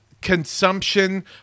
consumption